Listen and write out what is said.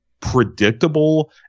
predictable